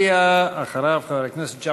חבר הכנסת עפו אגבאריה,